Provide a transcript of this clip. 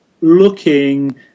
looking